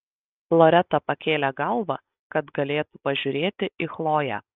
loreta pakėlė galvą kad galėtų pažiūrėti į chloję